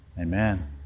Amen